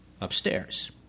upstairs